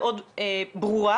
תלוי איך מודדים את זה.